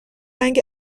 رنگ